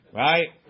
right